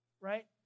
right